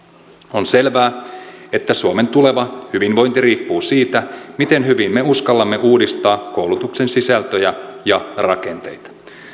on selvää että suomen tuleva hyvinvointi riippuu siitä miten hyvin me uskallamme uudistaa koulutuksen sisältöjä ja rakenteita